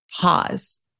pause